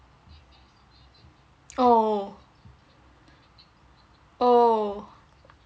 oh oh